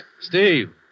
Steve